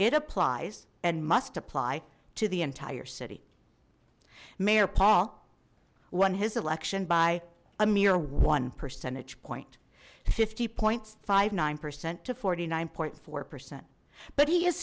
it applies and must apply to the entire city mayor paul won his election by a mere one percentage point fifty point five nine percent to forty nine point four percent but he is